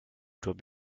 doit